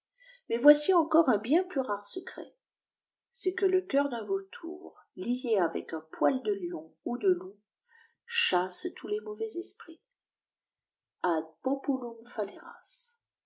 mais voici encore un bien plus rare secret c'est que le cœur d'un vautour lié avec un poil de lion ou de loup chasse tous les mauvais esprits ad populum